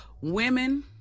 women